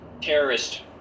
terrorist